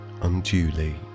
unduly